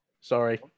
Sorry